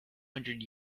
hundred